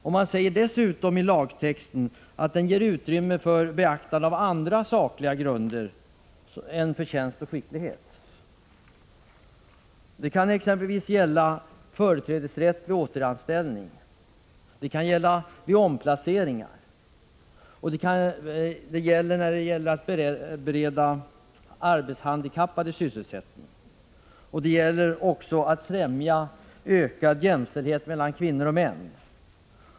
Lagtexten ger dessutom utrymme för beaktande av andra sakliga grunder än förtjänst och skicklighet. Det kan exempelvis gälla företrädesrätt vid återanställning. Det kan gälla vid omplaceringar, för att bereda arbetshandikappade sysselsättning och för att främja ökad jämställdhet mellan kvinnor och män.